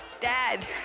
Dad